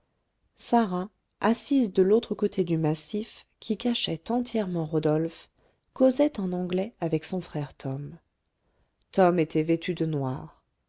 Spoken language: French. sarah assise de l'autre côté du massif qui cachait entièrement rodolphe causait en anglais avec son frère tom tom était vêtu de noir